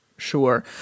Sure